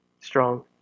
Strong